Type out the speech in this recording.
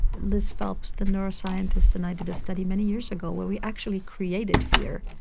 liz phelps, the neuroscientist, and i did a study many years ago where we actually created fear